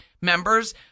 members